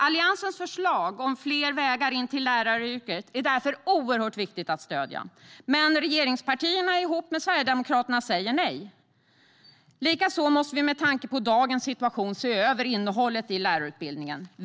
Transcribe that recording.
Alliansens förslag om fler vägar in till läraryrket är därför oerhört viktigt att stödja, men regeringspartierna tillsammans med Sverigedemokraterna säger nej. Likaså måste vi med tanke på dagens situation se över innehållet i lärarutbildningen.